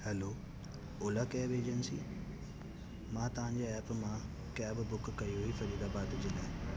हलो Ola cab agency मां तव्हांजे app मां कैब कयी हुई फरीदाबाद जे लाइ